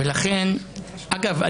אגב,